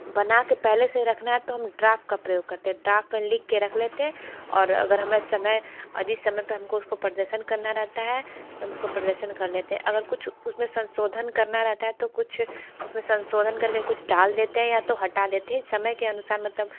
बना के पहले से रखना है तो हम ड्राफ़ का प्रयोग करते हैं ड्राफ़ पे लिखके रख लेते हैं और अगर हमें समय अधिक समय पे हम को उस को प्रदर्शन करना रहता है तो हम उसको प्रदर्शन कर लेते अगर कुछ उस में संशोधन करना रहता है तो कुछ उसमें प्रदर्शन करके कुछ डाल देते हैं या तो हटा देते हैं समय के अनुसार मतलब